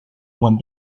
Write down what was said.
when